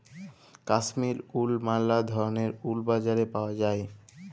Kashmir wool ম্যালা ধরলের wool বাজারে পাউয়া যায়